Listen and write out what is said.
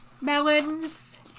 melons